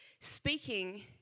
speaking